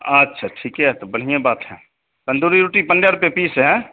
अच्छा ठीक है तो बढ़ियाँ बात है तन्दूरी रोटी पन्द्रह रुपये पीस है